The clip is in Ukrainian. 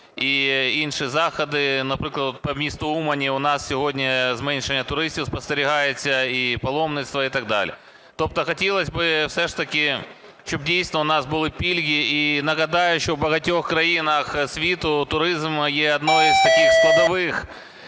і інші заходи. Наприклад, по місту Умань у нас сьогодні зменшення туристів спостерігається і паломництво, і так далі. Тобто хотілось би все ж таки, щоб дійсно у нас були пільги. І нагадаю, що в багатьох країнах світу туризм є однією з таких складових